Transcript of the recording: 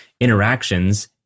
Interactions